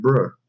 bruh